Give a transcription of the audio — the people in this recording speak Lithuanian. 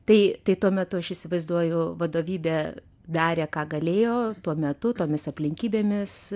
tai tai tuo metu aš įsivaizduoju vadovybė darė ką galėjo tuo metu tomis aplinkybėmis